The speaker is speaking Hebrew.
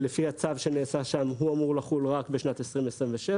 שלפי הצו שנעשה שם אמור לחול רק בשנת 2027,